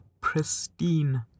pristine